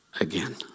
again